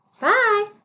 Bye